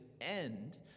end